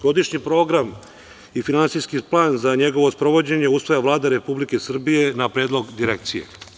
Godišnji program i finansijski plan za njegovo sprovođenje usvaja Vlada Republike Srbije na predlog Direkcije.